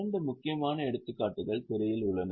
இரண்டு முக்கியமான எடுத்துக்காட்டுகள் திரையில் உள்ளன